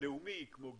לאומי כמו גז,